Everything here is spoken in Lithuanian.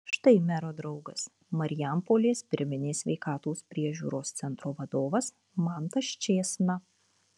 štai mero draugas marijampolės pirminės sveikatos priežiūros centro vadovas mantas čėsna